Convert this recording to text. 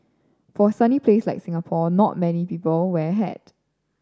for a sunny place like Singapore not many people wear a hat